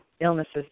illnesses